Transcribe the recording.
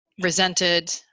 resented